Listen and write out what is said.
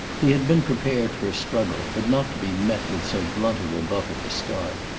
he had been prepared for a struggle, but not to be met with so blunt a rebuff at the start.